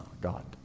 god